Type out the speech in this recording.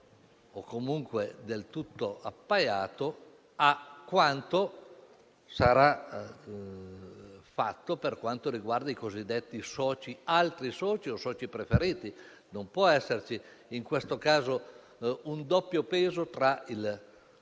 o comunque del tutto appaiato, a quanto sarà fatto per i cosiddetti altri soci o soci preferiti. Non può esserci, in questo caso, un doppio peso tra il